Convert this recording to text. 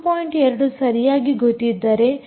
2 ಸರಿಯಾಗಿ ಗೊತ್ತಿದ್ದರೆ ನಾವು 5